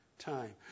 time